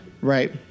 Right